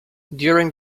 during